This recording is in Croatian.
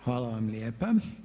Hvala vam lijepa.